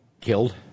killed